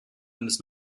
eines